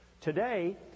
Today